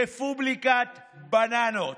רפובליקת בננות.